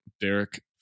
Derek